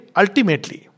ultimately